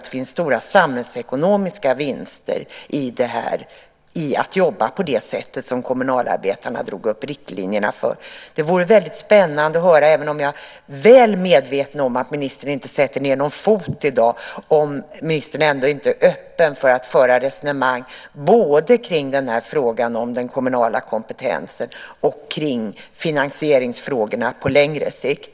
Det finns stora samhällsekonomiska vinster i att jobba på det sätt som kommunalarbetarna drog upp riktlinjerna för. Jag är väl medveten om att ministern inte sätter ned någon fot i dag. Men det vore spännande att höra om ministern ändå inte är öppen för att föra resonemang både kring frågan om den kommunala kompetensen och kring finansieringsfrågorna på längre sikt.